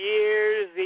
Year's